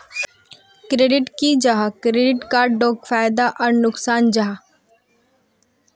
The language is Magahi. क्रेडिट की जाहा या क्रेडिट कार्ड डोट की फायदा आर नुकसान जाहा?